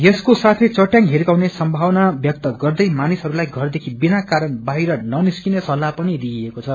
यसको साथै चटयांग हिर्काउने संभावना व्यक्त गर्दे मानिसहरूलाई घरदेखि विनाकारण बाहिर ननिस्क्ने सल्लाह पनि दिइएको छ